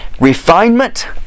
refinement